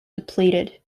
depleted